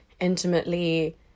intimately